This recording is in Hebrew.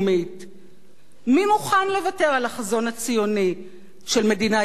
מי מוכן לוותר על החזון הציוני של מדינה יהודית ודמוקרטית?